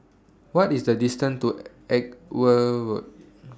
What IS The distance to Edgware Road